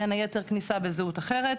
בין היתר כניסה בזהות אחרת,